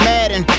Madden